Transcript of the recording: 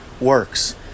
works